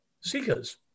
seekers